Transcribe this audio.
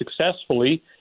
successfully